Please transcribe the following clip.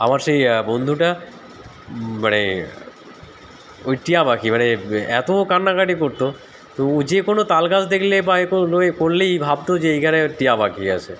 আমার সেই বন্ধুটা মানে ওই টিয়া পাখি মানে এত কান্নাকাটি করতো তো ও যে কোনো তাল গাছ দেখলে বা এ করলেই ভাবতো যে এইখানে টিয়া পাখি আছে